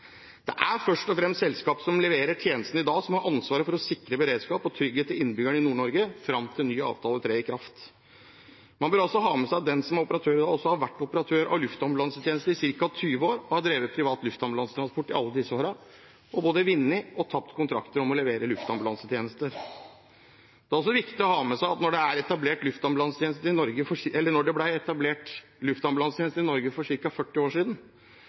Det er først og fremst selskapet som leverer tjenesten i dag, som har ansvaret for å sikre innbyggerne i Nord-Norge beredskap og trygghet fram til ny avtale trer i kraft. Man bør ha med seg at den som er operatør, har vært operatør av luftambulansetjenester i ca. 20 år, har drevet privat luftambulansetransport i alle disse årene, og har både vunnet og tapt kontrakter om å levere luftambulansetjenester. Det er også viktig å ha med seg at da det ble etablert en luftambulansetjeneste i Norge for ca. 40 år siden,